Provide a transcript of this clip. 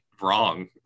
wrong